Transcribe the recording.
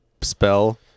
spell